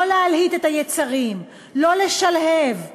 לא להלהיט את היצרים, לא לשלהב.